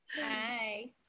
Hi